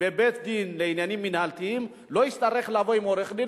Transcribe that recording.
בבית-דין לעניינים מינהליים לא יצטרך לבוא עם עורך-דין,